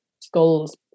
Skulls